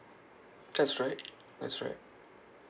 that's right that's right